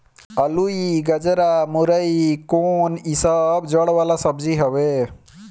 अलुई, गजरा, मूरइ कोन इ सब जड़ वाला सब्जी हवे